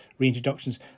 reintroductions